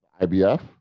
IBF